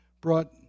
brought